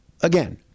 again